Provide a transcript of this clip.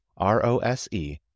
R-O-S-E